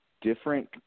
different